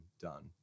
done